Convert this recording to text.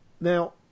Now